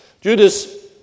Judas